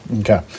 Okay